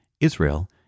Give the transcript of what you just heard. Israel